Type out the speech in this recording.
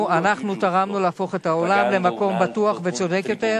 תרמנו להפיכת העולם למקום בטוח וצודק יותר,